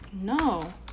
No